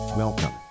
Welcome